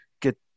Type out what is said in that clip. get